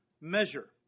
measure